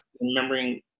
remembering